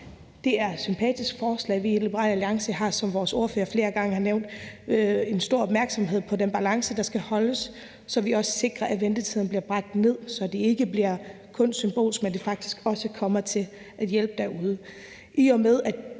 Det er et sympatisk forslag. Vi i Liberal Alliance har, som vores ordfører flere gange har nævnt, en stor opmærksomhed på den balance, der skal holdes, så vi også sikrer, at ventetiden bliver bragt ned og det ikke kun bliver symbolsk, men faktisk også kommer til at hjælpe derude.